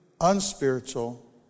unspiritual